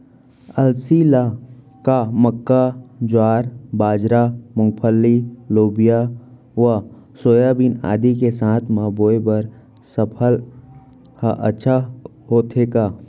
अलसी ल का मक्का, ज्वार, बाजरा, मूंगफली, लोबिया व सोयाबीन आदि के साथ म बोये बर सफल ह अच्छा होथे का?